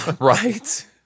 right